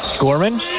Gorman